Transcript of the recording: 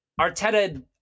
Arteta